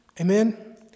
Amen